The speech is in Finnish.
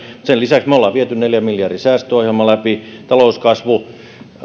sen lisäksi me olemme vieneet neljän miljardin säästöohjelman läpi talouskasvu